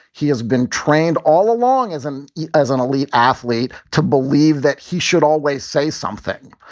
he has been trained all along as an yeah as an elite athlete to believe that he should always say something.